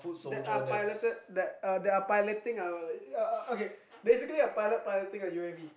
that are piloted that are that piloting a okay basically a pilot piloting a U_A_V